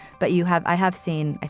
but you have i have seen, ah